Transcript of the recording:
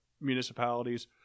municipalities